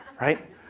Right